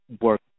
work